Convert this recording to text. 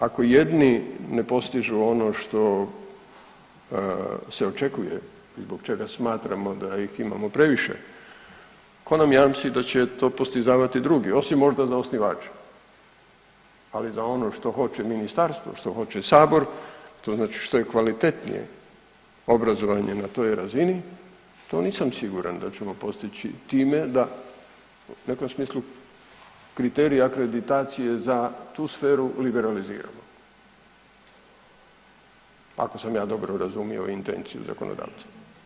Ako jedni ne postižu ono što se očekuje zbog čega smatramo da ih imamo previše, ko nam jamči da će to postizavati drugi, osim možda za osnivače, ali za ono što hoće ministarstvo što hoće sabor, to znači što je kvalitetnije obrazovanje na toj razini, to nisam siguran da ćemo postići time da u nekom smislu kriterij akreditacije za tu sferu liberaliziramo, ako sam ja dobro razumio intenciju zakonodavca.